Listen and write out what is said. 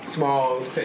Smalls